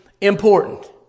important